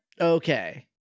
Okay